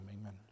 amen